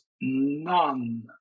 none